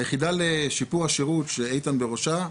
היחידה לשיפור השירות, שאיתן בראשה,